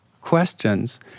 questions